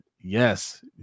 yes